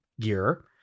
gear